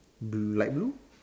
bl~ light blue